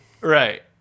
right